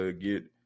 get